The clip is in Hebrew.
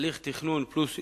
הליך תכנון פלוס אישור,